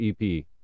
EP